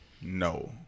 no